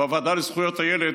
בוועדה לזכויות הילד,